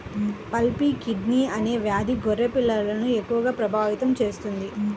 pulpy kidney అనే వ్యాధి గొర్రె పిల్లలను ఎక్కువగా ప్రభావితం చేస్తుంది